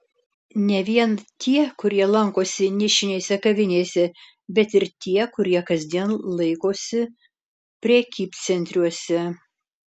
ne vien tie kurie lankosi nišinėse kavinėse bet ir tie kurie kasdien laikosi prekybcentriuose